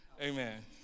Amen